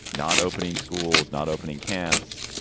not opening schools, not opening camps,